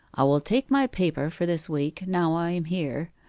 i will take my paper for this week now i am here,